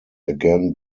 again